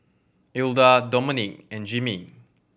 Ilda Domonique and Jimmie